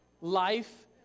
life